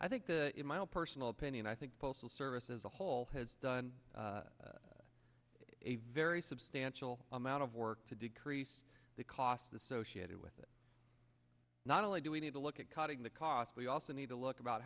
i think that in my own personal opinion i think the postal service as a whole has done a very substantial amount of work to decrease the cost associated with it not only do we need to look at cutting the cost we also need to look about